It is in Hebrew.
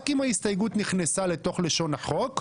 רק אם ההסתייגות נכנסה לתוך לשון החוק,